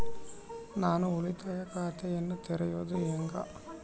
ನಾನು ಉಳಿತಾಯ ಖಾತೆಯನ್ನ ತೆರೆಯೋದು ಹೆಂಗ?